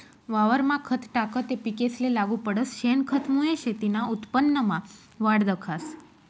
वावरमा खत टाकं ते पिकेसले लागू पडस, शेनखतमुये शेतीना उत्पन्नमा वाढ दखास